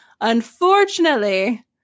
Unfortunately